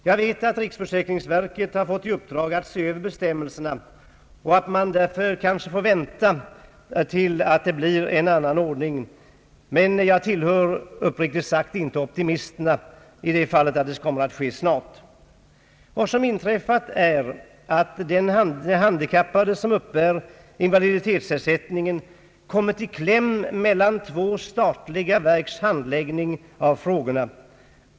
Jag vet att riksförsäkringsverket har fått i uppdrag att se över bestämmelserna, och att man därför kanske måste vänta tills det blir en annan ordning, men jag tillhör uppriktigt sagt inte optimisterna när det gäller att vänta sig en snar ändring. Vad som inträffat är att de handikappade som uppbär invaliditetsersättning kommit i kläm mellan två statliga verks handläggning av ärendena.